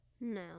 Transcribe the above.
No